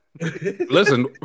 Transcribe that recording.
Listen